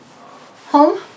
home